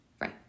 Right